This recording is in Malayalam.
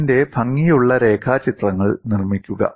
ഇതിന്റെ ഭംഗിയുള്ള രേഖാചിത്രങ്ങൾ നിർമ്മിക്കുക